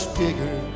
bigger